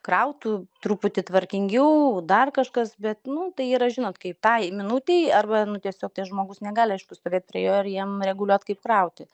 krautų truputį tvarkingiau dar kažkas bet nu tai yra žinot kaip tai minutei arba tiesiog tas žmogus negali aišku stovėt prie jo ir jam reguliuot kaip krauti